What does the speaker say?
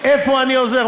איפה אני עוזר?